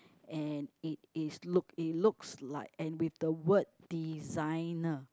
and it is look it looks like and with the word designer